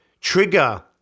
trigger